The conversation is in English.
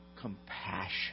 compassion